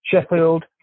Sheffield